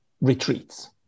retreats